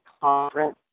conference